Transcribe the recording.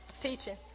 teaching